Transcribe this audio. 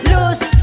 Loose